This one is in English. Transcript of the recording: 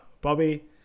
Bobby